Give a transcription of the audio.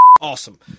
awesome